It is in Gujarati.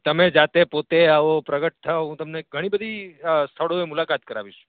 તમે જાતે પોતે આવો પ્રગટ થાઓ હું તમને ઘણી બધી સ્થળોએ મુલાકાત કરાવીશ